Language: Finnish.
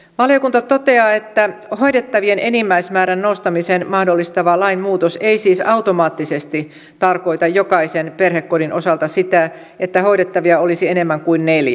valiokunta toteaa että hoidettavien enimmäismäärän nostamisen mahdollistava lainmuutos ei siis automaattisesti tarkoita jokaisen perhekodin osalta sitä että hoidettavia olisi enemmän kuin neljä